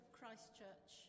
Christchurch